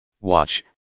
watch